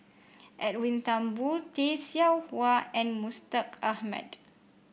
Edwin Thumboo Tay Seow Huah and Mustaq Ahmad